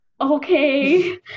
okay